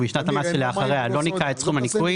ובשנת המס שלאחריה לא ניכה את סכום הניכוי,